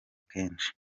kenshi